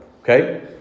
Okay